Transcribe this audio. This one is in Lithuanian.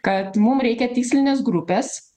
kad mum reikia tikslines grupes